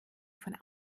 von